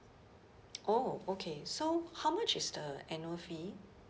oh okay so how much is the annual fee